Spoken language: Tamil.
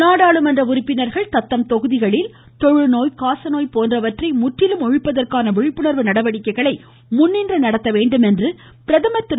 பிரதம் நாடாளுமன்ற உறுப்பினர்கள் தத்தம் தொகுதிகளில் தொழுநோய் காசநோய் போன்றவற்றை முற்றிலும் ஒழிப்பதற்கான விழிப்புணா்வு நடவடிக்கைகளை முன்னின்று நடத்த வேண்டும் என்று பிரதமர் திரு